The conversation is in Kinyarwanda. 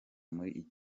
muri